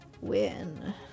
win